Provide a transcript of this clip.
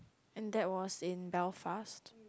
and that was in Belfast